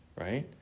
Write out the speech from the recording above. right